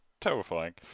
terrifying